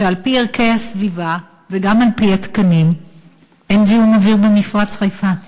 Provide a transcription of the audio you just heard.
שעל-פי ערכי הסביבה וגם על-פי התקנים אין זיהום אוויר במפרץ חיפה.